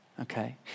okay